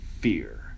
fear